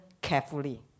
carefully